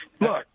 Look